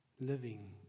living